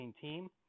team